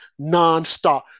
nonstop